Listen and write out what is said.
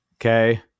okay